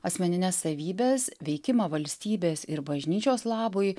asmenines savybes veikimą valstybės ir bažnyčios labui